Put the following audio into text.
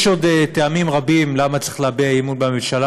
יש עוד טעמים רבים למה צריך להביע אי-אמון בממשלה.